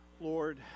Lord